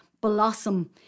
blossom